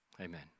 amen